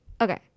Okay